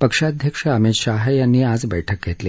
पक्षाध्यक्ष अमित शहा यांनी आज बैठक घेतली